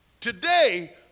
Today